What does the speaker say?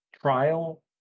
trial